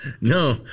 No